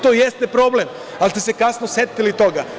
To jeste problem, ali ste se kasno setili toga.